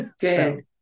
Good